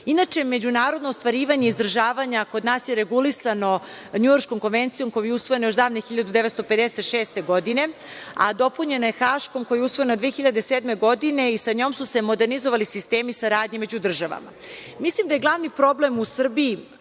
međunarodno ostvarivanje izdržavanja kod nas je regulisano Njujorškom konvencijom koja je usvojena još davne 1956. godine, a dopunjena je Haškom koja je usvojena 2007. godine i sa njom su se modernizovali sistemi saradnje među državama. Mislim da je glavni problem u Srbiji,